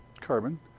carbon